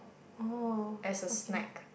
oh okay